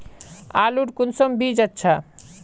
आलूर कुंसम बीज अच्छा?